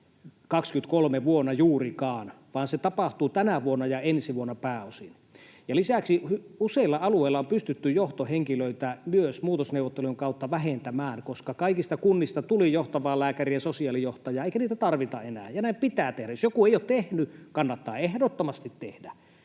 vuonna 23 juurikaan, vaan se tapahtuu tänä vuonna ja ensi vuonna pääosin. Lisäksi useilla alueilla on pystytty johtohenkilöitä muutosneuvottelujen kautta vähentämään, koska kaikista kunnista tuli johtavaa lääkäriä, sosiaalijohtajaa eikä niitä tarvita enää. Ja näin pitää tehdä. Jos joku ei ole tehnyt, kannattaa ehdottomasti tehdä.